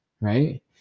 right